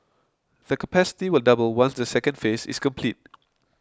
the capacity will double once the second phase is complete